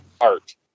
art